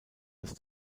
das